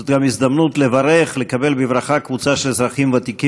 זאת גם הזדמנות לקבל בברכה קבוצה של אזרחים ותיקים